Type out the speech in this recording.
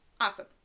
Awesome